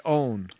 own